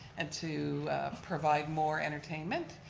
and to provide more entertainment,